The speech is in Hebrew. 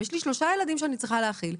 יש לי שלושה ילדים שאני צריכה להאכיל.